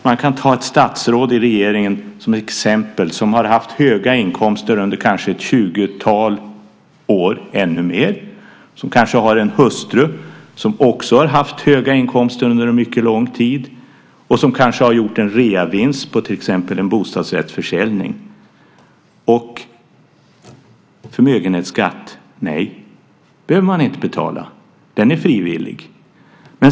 Man kan ta ett statsråd i regeringen som exempel, som har haft höga inkomster under ett 20-tal år eller mer. Han kanske har en hustru som också har haft höga inkomster under mycket lång tid och som kanske har gjort en reavinst på till exempel en bostadsrättsförsäljning. Man behöver inte betala någon förmögenhetsskatt. Den är frivillig.